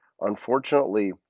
unfortunately